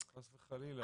חס וחלילה.